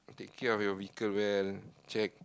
take care of your vehicle well check